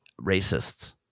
racists